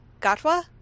Gatwa